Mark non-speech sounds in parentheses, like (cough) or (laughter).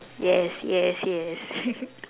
yes yes yes (laughs)